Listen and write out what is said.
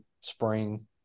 spring